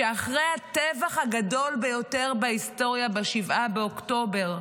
שאחרי הטבח הגדול ביותר בהיסטוריה, ב-7 באוקטובר,